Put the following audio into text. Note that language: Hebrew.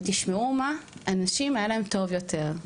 ותשמעו, לאנשים היה טוב יותר.